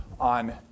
on